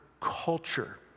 culture